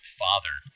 father